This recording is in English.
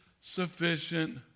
sufficient